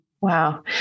Wow